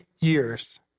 years